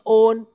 own